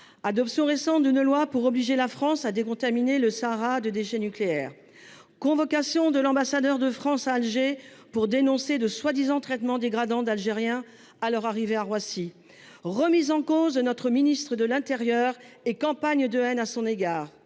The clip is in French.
adoption récente d’une loi pour obliger la France à décontaminer le Sahara des déchets nucléaires ; convocation de l’ambassadeur de France à Alger pour dénoncer de soi disant « traitements dégradants » d’Algériens à leur arrivée à Roissy ; remise en cause de notre ministre de l’intérieur et campagne de haine à son égard